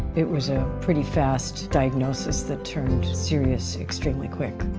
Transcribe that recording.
it was a pretty fast diagnosis that turned serious extremely quick.